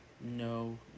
no